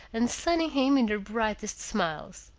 and sunning him in her brightest smiles.